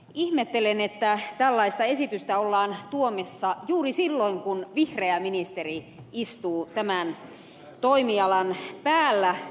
ihmettelen että tällaista esitystä ollaan tuomassa juuri silloin kun vihreä ministeri istuu tämän toimialan päällä